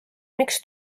miks